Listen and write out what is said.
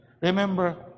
Remember